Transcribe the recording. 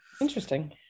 interesting